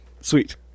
Sweet